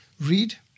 read